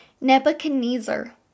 Nebuchadnezzar